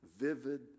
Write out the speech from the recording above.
vivid